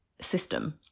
system